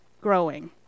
growing